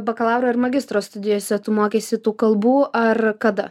bakalauro ir magistro studijose tu mokeisi tų kalbų ar kada